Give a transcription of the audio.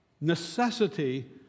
necessity